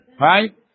right